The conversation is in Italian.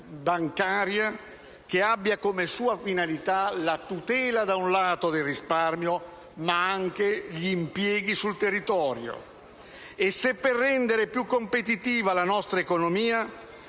bancaria che abbia come sua finalità, da un lato, la tutela del risparmio, ma anche gli impieghi sul territorio - e se per rendere più competitiva la nostra economia